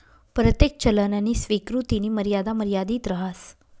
परतेक चलननी स्वीकृतीनी मर्यादा मर्यादित रहास